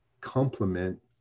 complement